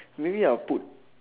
maybe I'll put